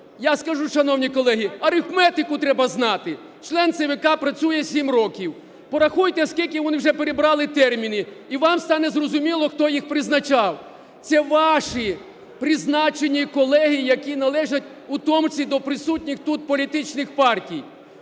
Я скажу, шановні колеги, арифметику треба знати. Член ЦВК працює 7 років. Порахуйте, скільки вони вже перебрали терміни, і вам стане зрозуміло, хто їх призначав. Це ваші призначені колеги, які належать у тому числі до присутніх тут політичних партій.